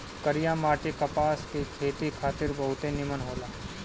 करिया माटी कपास के खेती खातिर बहुते निमन होला